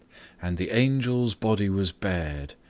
and the angel's body was bared,